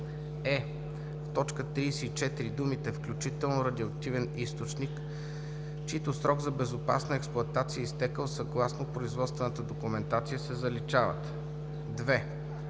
е) в т. 34 думите „включително радиоактивен източник, чийто срок за безопасна експлоатация е изтекъл съгласно производствената документация“ се заличават. 2.